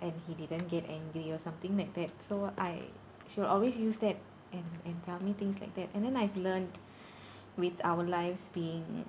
and he didn't get angry or something like that so I she will always use that and and tell me things like that and then I've learnt with our lives being